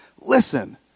listen